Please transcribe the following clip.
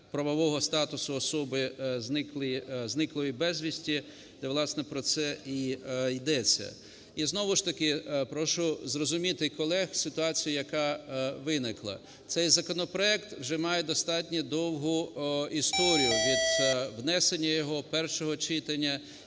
правового статусу особи, зниклої безвісти, де, власне, про це і йдеться. І знову ж таки прошу зрозуміти колег ситуацію, яка виникла. Цей законопроект вже має достатньо довгу історію від внесення його, першого читання